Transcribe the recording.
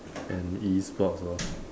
and E sports lor